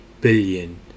billion